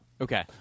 Okay